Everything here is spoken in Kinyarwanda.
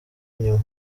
inyuma